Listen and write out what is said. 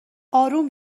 اروم